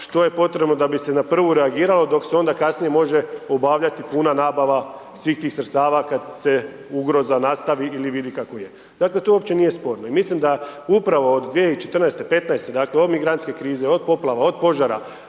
što je potrebno da bi se na prvu reagiralo dok se onda kasnije može obavljati puna nabava svih tih sredstava kada se ugroza nastavi ili vidi kako je. Dakle to uopće nije sporno. I mislim da upravo od 2014., 2015. dakle od migrantske krize, od poplava, od požara,